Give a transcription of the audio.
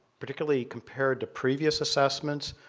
particularly compared to previous assessments.